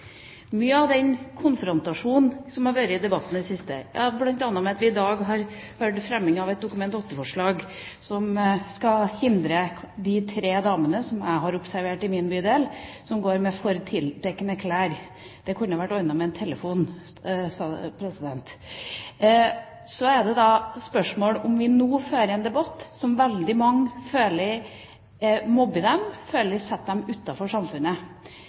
Den konfrontasjonen som har vært i debatten i det siste, vises bl.a. ved at det i dag har blitt fremmet et representantforslag som skal hindre de tre damene, som jeg har observert i min bydel, i å gå med for tildekkende klær. Det kunne ha vært ordnet ved å ta en telefon. Så er det da et spørsmål om vi nå fører en debatt som veldig mange føler mobber dem, setter dem utenfor samfunnet.